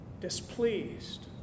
displeased